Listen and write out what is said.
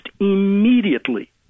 immediately